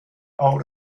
out